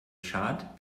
schad